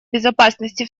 безопасности